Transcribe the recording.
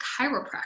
chiropractor